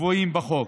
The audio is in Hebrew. הקבועים בחוק.